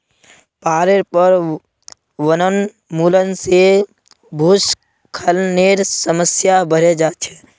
पहाडेर पर वनोन्मूलन से भूस्खलनेर समस्या बढ़े जा छे